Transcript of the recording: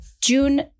June